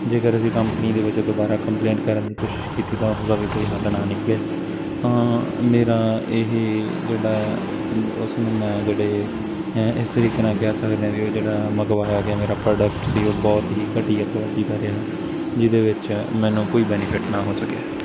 ਜੇਕਰ ਅਸੀਂ ਕੰਪਨੀ ਦੇ ਵਿੱਚ ਦੁਬਾਰਾ ਕੰਪਲੇਂਟ ਕਰਨ ਦੀ ਕੋਸ਼ਿਸ਼ ਕੀਤੀ ਤਾਂ ਉਸਦਾ ਵੀ ਕੋਈ ਹੱਲ ਨਾ ਨਿਕਲਿਆ ਤਾਂ ਮੇਰਾ ਇਹ ਜਿਹੜਾ ਉਸਨੂੰ ਮੈਂ ਜਿਹੜੇ ਇਸ ਤਰੀਕੇ ਨਾਲ ਕਹਿ ਸਕਦਾ ਵੀ ਉਹ ਜਿਹੜਾ ਮੰਗਵਾਇਆ ਗਿਆ ਮੇਰਾ ਪ੍ਰੋਡਕਟ ਸੀ ਉਹ ਬਹੁਤ ਹੀ ਘਟੀਆ ਕੁਆਲਟੀ ਦਾ ਰਿਹਾ ਜਿਹਦੇ ਵਿੱਚ ਮੈਨੂੰ ਕੋਈ ਬੈਨੀਫਿਟ ਨਾ ਹੋ ਸਕਿਆ